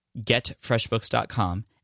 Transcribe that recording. GetFreshBooks.com